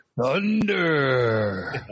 Thunder